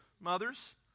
Mothers